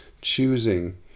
choosing